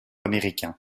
américain